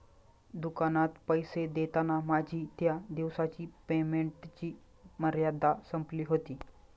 दुकानात पैसे देताना माझी त्या दिवसाची पेमेंटची मर्यादा संपली होती